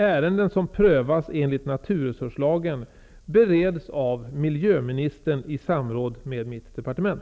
Ärenden som prövas enligt naturresurslagen bereds av miljöministern i samråd med mitt departement.